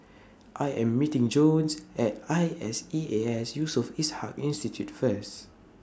I Am meeting Jones At I S E A S Yusof Ishak Institute First